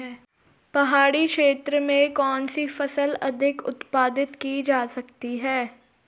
पहाड़ी क्षेत्र में कौन सी फसल अधिक उत्पादित की जा सकती है?